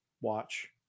watch